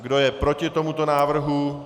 Kdo je proti tomuto návrhu?